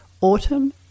Autumn